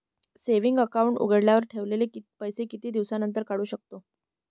Saving account उघडल्यावर ठेवलेले पैसे किती दिवसानंतर काढू शकतो?